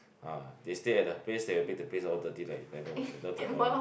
ah they stay at the place then you make the place all dirty like no like not the floral